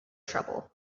trouble